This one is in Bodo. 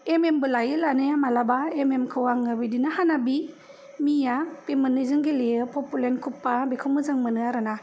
एम एम बो लायो लानाया मालाबा एम एम खौ आङो बिदिनो हानाबि मिया बे मोननैजों गेलेयो फफुलेन कफा बेखौ मोजां मोनो आरो ना